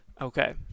Okay